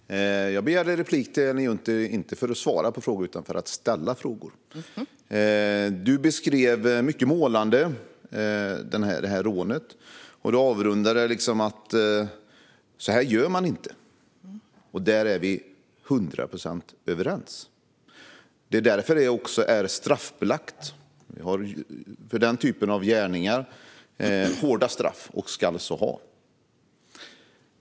Fru talman! Jag begärde replik inte för att svara på frågor utan för att ställa frågor. Du beskrev det här rånet mycket målande, Ellen Juntti, och avrundade med att säga att så här gör man inte. Där är vi till hundra procent överens. Det är också straffbelagt. För den typen av gärningar har vi hårda straff, och det ska vi ha.